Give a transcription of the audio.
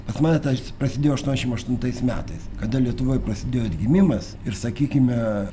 pas mane tas prasidėjo aštuoniasdešimt aštuntais metais kada lietuvoj prasidėjo atgimimas ir sakykime